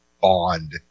bond